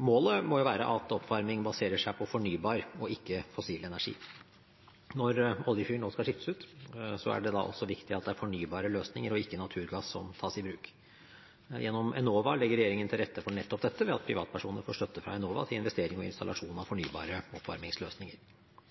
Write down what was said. Målet må være at oppvarming baserer seg på fornybar og ikke fossil energi. Når oljefyringen nå skal skiftes ut, er det viktig at det er fornybare løsninger og ikke naturgass som tas i bruk. Gjennom Enova legger regjeringen til rette for nettopp dette ved at privatpersoner får støtte fra Enova til investering og installasjon av fornybare oppvarmingsløsninger. Jeg kan ellers minne om at Byggteknisk forskrift allerede forbyr å installere oppvarmingsløsninger